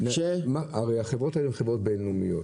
הרי החברות האלה הן חברות בינלאומיות,